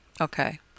Okay